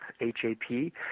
H-A-P